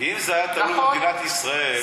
אם זה היה תלוי במדינת ישראל,